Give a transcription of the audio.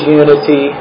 unity